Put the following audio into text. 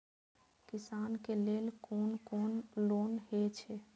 किसान के लेल कोन कोन लोन हे छे?